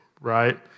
right